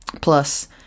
plus